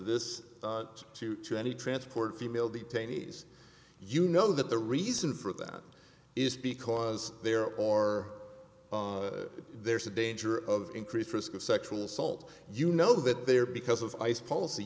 this to to any transport female detainees you know that the reason for that is because there or there's a danger of increased risk of sexual assault you know that they are because of ice policy